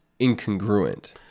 incongruent